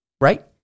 Right